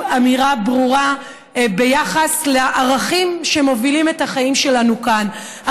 אמירה ברורה ביחס לערכים שמובילים את החיים שלנו כאן,